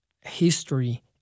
history